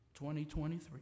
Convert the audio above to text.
2023